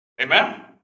Amen